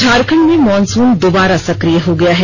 झारखंड में मॉनसून दोबारा सक्रिय हो गया है